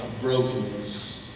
brokenness